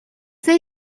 they